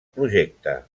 projecte